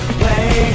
play